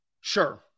Sure